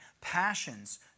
passions